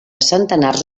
centenars